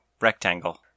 rectangle